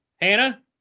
hannah